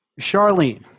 Charlene